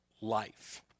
life